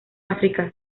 áfrica